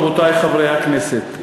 רבותי חברי הכנסת,